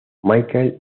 michael